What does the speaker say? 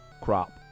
crop